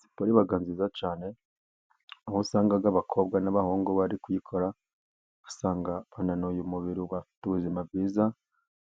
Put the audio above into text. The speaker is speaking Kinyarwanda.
Siporo iba nziza cyane, aho usanga abakobwa n'abahungu bari kuyikora, usanga bananuye umubiri bafite ubuzima bwiza,